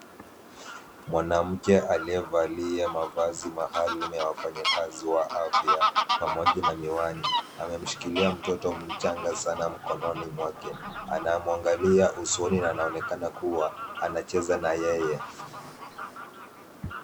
Mwanamke aliyevalia mavazi maalum ya wafanyakazi wa afya pamoja na miwani amemshikilia mtoto mchanga sana mkononi mwake. Anamwangalia usoni na anaonekana kuwa anacheza na yeye.